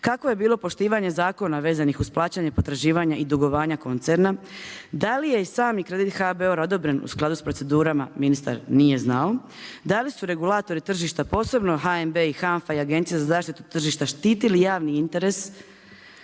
kako je bilo poštivanje zakona vezanih uz plaćanje potraživanja i dugovanja koncerna, da li je i sam kredit HBOR-a odobren u skladu s procedurama, ministar nije znao, da li su regulatori tržišta posebno HNB i HANFA i Agencija za zaštitu tržišta štitili javni interes,